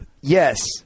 Yes